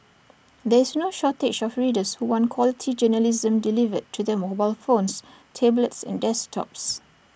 there's no shortage of readers who want quality journalism delivered to their mobile phones tablets and desktops